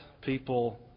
people